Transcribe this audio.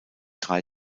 drei